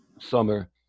summer